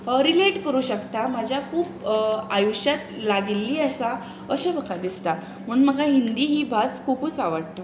relate करूंक शकता म्हज्या खूब आयुश्यांत लागिल्लीं आसा अशें म्हाका दिसता म्हूण म्हाका हिंदी ही भास खुबूच आवडटा